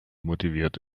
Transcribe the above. motiviert